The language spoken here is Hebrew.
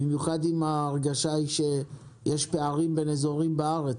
במיוחד אם ההרגשה שיש פערים בין אזורים בארץ,